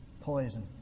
poison